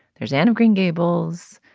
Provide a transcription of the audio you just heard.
there's anne of green gables.